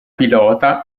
pilota